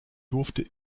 durfte